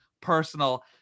personal